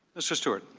mr.